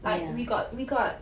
like we got we got